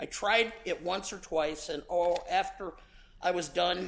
i tried it once or twice and all after i was done